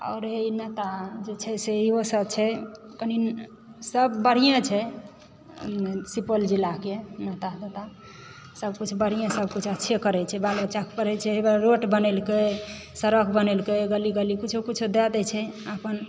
आओर ई नेता जे छै से इहोसभ छै कनि सब बढ़िए छै सुपौल जिलाके नेता तेतासभ किछु बढ़िएसभ किछु अच्छे करैत छै बाल बच्चाकेँ पढ़ैत छै है वएह रोड बनेलकय सड़क बनेलकय गली गली किछु किछु दय दैत छै अपन